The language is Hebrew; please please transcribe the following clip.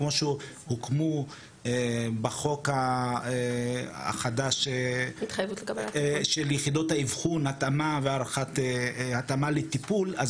כמו שהוקמו בחוק החדש של יחידות האבחון והתאמה לטיפול אז